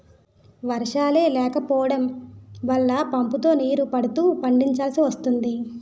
వర్షాలే లేకపోడం వల్ల పంపుతో నీరు పడుతూ పండిచాల్సి వస్తోంది